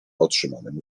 otrzymanym